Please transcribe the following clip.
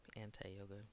anti-yoga